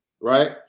right